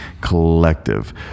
collective